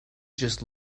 just